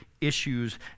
issues